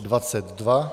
22.